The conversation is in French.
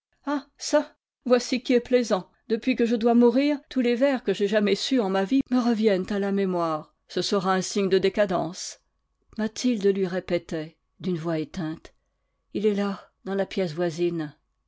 ah çà voici qui est plaisant depuis que je dois mourir tous les vers que j'ai jamais sus en ma vie me reviennent à la mémoire ce sera un signe de décadence mathilde lui répétait d'une voix éteinte il est là dans la pièce voisine